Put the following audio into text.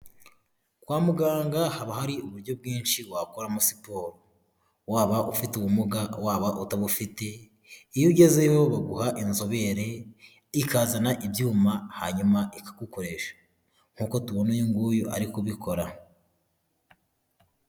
Kwa muganga haba hari uburyo bwinshi wakoramo siporo, waba ufite ubumuga, waba utabufite, iyo ugezeyo baguha inzobere ikazana ibyuma hanyuma ikagukoresha nk'uko tubona uyunguyu arikubikora